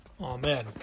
Amen